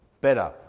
better